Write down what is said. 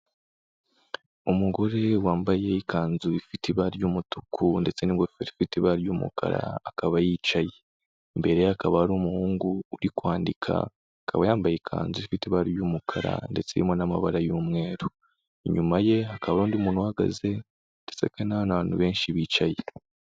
Umugore wambaye ikanzu ifite ibara ry'umutuku ndetse n'ingofero ifite ibara ry'umukara, akaba yicaye, imbere akaba ari umuhungu uri kwandika, akaba yambaye ikanzu ifite ibara ry'umukara ndetse irimo n'amabara y'umweru, inyuma ye hakaba undi muntu uhagaze ndetse hakaba hari n'abandi bantu benshi bicaye.